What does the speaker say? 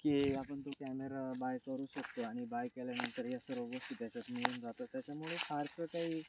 की आपण तो कॅमेरा बाय करू शकतो आणि बाय केल्यानंतर या सर्व गोष्टी त्याच्यात मिळून जातात त्याच्यामुळे फारसं काही